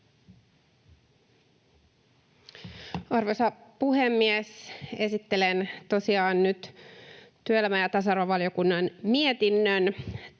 Arvoisa puhemies! Esittelen tosiaan nyt työelämä- ja tasa-arvovaliokunnan mietinnön